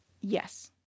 yes